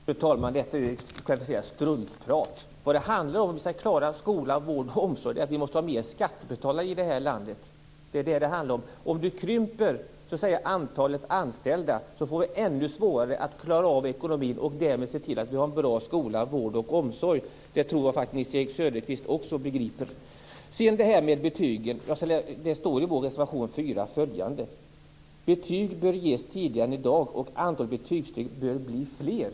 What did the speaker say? Fru talman! Detta är struntprat. Vad det handlar om för att vi skall klara skola, vård och omsorg är att vi måste ha fler skattebetalare i det här landet. Det är vad det handlar om. Om man krymper antalet anställda får vi ännu svårare att klara av ekonomin och därmed att se till att vi har en bra skola, vård och omsorg. Det tror jag faktiskt att Nils-Erik Söderqvist också begriper. När det gäller betygen står det i vår reservation 4 följande: Betyg bör ges tidigare än i dag, och antal betygssteg bör bli fler.